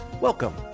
Welcome